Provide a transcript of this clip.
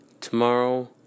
tomorrow